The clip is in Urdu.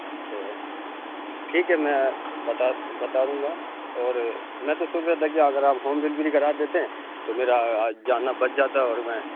اچھے ٹھیک ہے میں بتا بتا دوں گا اور میں تو سوچ رہا تھا کہ اگر آپ ہوم ڈلیوری کرا دیتں تو میرا آج جانا بچ جاتا ہے اور میں